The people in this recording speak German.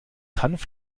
hanf